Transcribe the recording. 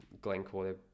Glencore